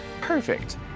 Perfect